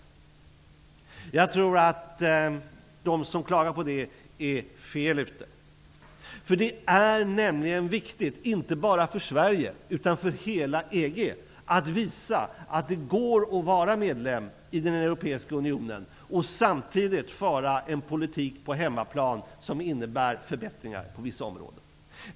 Jag tror att de som klagar på det är fel ute. Det är nämligen viktigt, inte bara för Sverige utan för hela EG att visa att det går att vara medlem i den europeiska unionen och samtidigt föra en politik på hemmaplan som innebär förbättringar på vissa områden.